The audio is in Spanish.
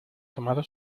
tomado